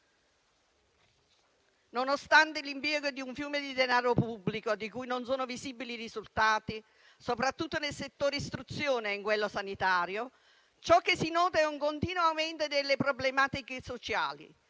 Nonostante l'impiego di un fiume di denaro pubblico di cui non sono visibili i risultati, soprattutto nei settori dell'istruzione e in quello sanitario, ciò che si nota è un continuo aumento delle problematiche sociali,